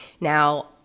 Now